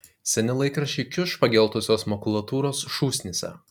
seni laikraščiai kiuš pageltusios makulatūros šūsnyse